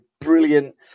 brilliant